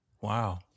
Wow